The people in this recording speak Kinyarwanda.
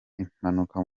impanuka